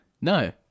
No